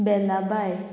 बेलाबाय